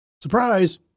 Surprise